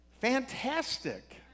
Fantastic